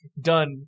done